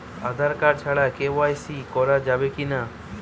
Aadhaar card ছাড়া কে.ওয়াই.সি করা যাবে কি না?